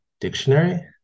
dictionary